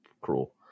cruel